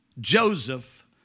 Joseph